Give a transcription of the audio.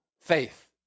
faith